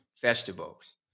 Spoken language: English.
festivals